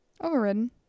Overridden